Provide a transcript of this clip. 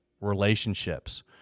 relationships